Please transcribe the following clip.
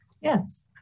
Yes